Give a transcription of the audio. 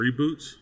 reboots